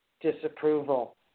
disapproval